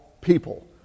people